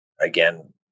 again